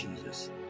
Jesus